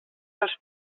als